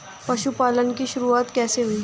पशुपालन की शुरुआत कैसे हुई?